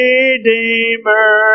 Redeemer